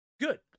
good